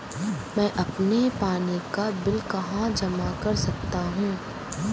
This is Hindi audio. मैं अपने पानी का बिल कहाँ जमा कर सकता हूँ?